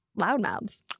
loudmouths